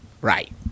right